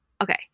okay